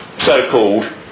so-called